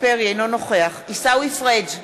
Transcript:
אינו נוכח עיסאווי פריג'